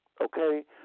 Okay